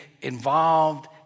involved